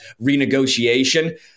renegotiation